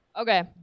Okay